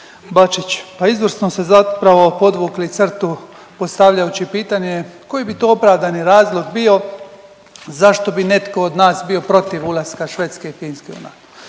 Bačić, pa izvrsno ste zapravo podvukli crtu postavljajući pitanje koji bi to opravdani razlog bio zašto bi netko od nas bio protiv ulaska Švedske i Finske u